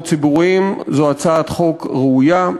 ציבוריים (תיקון) זו הצעת חוק ראויה,